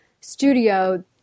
studio